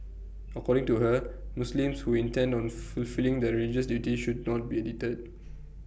according to her Muslims who intend on full fulfilling their religious duties should not be deterred